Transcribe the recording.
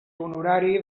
honorari